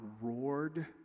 roared